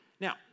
Now